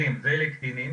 גם לקטינים,